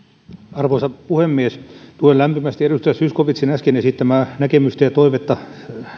arvoisa puhemies tuen lämpimästi edustaja zyskowiczin äsken esittämää näkemystä ja toivetta